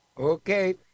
Okay